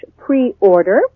preorder